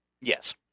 Yes